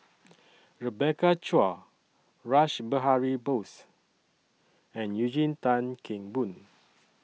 Rebecca Chua Rash Behari Bose and Eugene Tan Kheng Boon